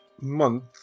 month